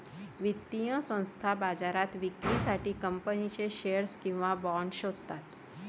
वित्तीय संस्था बाजारात विक्रीसाठी कंपनीचे शेअर्स किंवा बाँड शोधतात